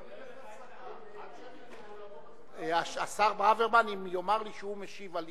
עכשיו אני אומר לך שאדוני יכול לעלות ולדבר בלי שאני מפעיל את